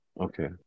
okay